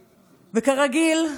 כרגיל,